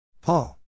paul